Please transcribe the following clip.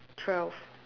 twelve